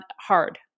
hard